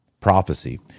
prophecy